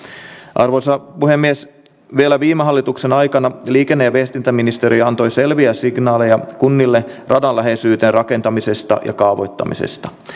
arvoisa puhemies vielä viime hallituksen aikana liikenne ja viestintäministeriö antoi selviä signaaleja kunnille radan läheisyyteen rakentamisesta ja kaavoittamisesta